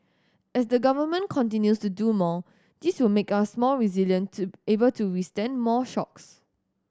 as the Government continues to do more this will make us more resilient to able to withstand more shocks